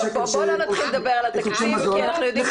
₪-- בוא לא נתחיל על התקציב כי אנחנו יודעים בדיוק מה יהיה איתו.